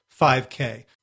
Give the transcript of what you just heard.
5K